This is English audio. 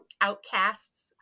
Outcasts